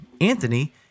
Anthony